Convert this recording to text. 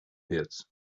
pits